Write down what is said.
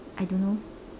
I don't know